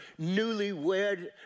newlywed